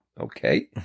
okay